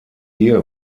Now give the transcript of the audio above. ehe